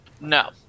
No